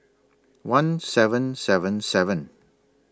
one seven seven seven